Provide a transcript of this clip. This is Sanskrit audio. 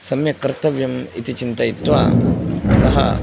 सम्यक् कर्तव्यम् इति चिन्तयित्वा सः